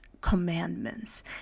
commandments